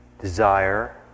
desire